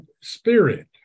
spirit